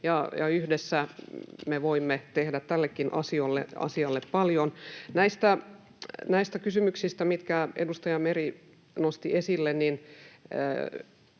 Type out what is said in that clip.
yhdessä me voimme tehdä tällekin asialle paljon. Näistä kysymyksistä, mitkä edustaja Meri nosti esille: